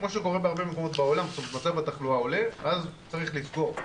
כמו שקורה בהרבה מקומות בעולם כשמצב התחלואה עולה אז צריך לסגור.